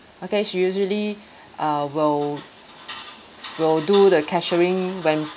okay she usually uh will will do the cashiering when